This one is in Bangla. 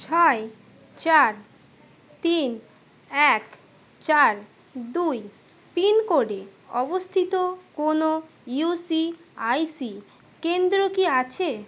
ছয় চার তিন এক চার দুই পিনকোডে অবস্থিত কোনো ই সি আই সি কেন্দ্র কি আছে